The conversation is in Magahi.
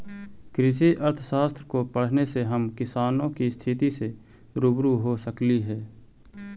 कृषि अर्थशास्त्र को पढ़ने से हम किसानों की स्थिति से रूबरू हो सकली हे